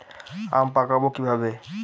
আম পাকাবো কিভাবে?